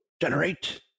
Generate